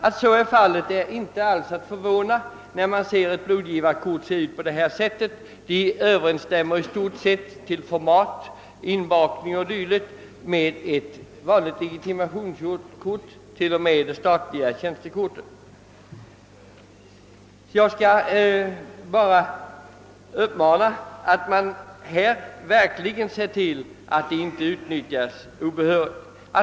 Att så är fallet är inte alls ägnat att förvåna — ett sådant blodgivarkort som det jag har i handen överensstämmer i stort sett, genom formatet, plastinbakningen o. s. v., med ett vanligt legitimationskort, t.o.m. med det statliga tjänstekortet. Jag vill uppmana vederbörande myndighet att verkligen se till att blodgivarkorten inte utnyttjas obehörigt.